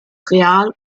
real